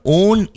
own